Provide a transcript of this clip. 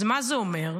אז מה זה אומר?